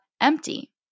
empty